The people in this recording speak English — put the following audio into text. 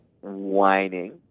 whining